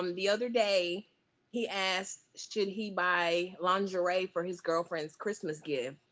um the other day he asked should he buy lingerie for his girlfriend's christmas gift?